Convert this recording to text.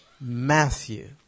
Matthew